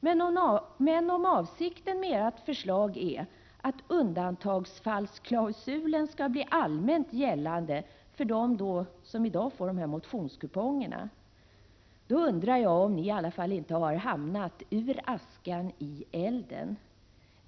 Men om avsikten med ert förslag är att undantagsfallsklausulen skall bli allmänt gällande för dem som i dag får motionskuponger, undrar jag om ni inte har hamnat ur askan i elden.